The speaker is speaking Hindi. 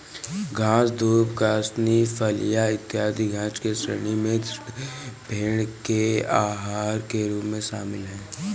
घास, दूब, कासनी, फलियाँ, इत्यादि घास की श्रेणी में भेंड़ के आहार के रूप में शामिल है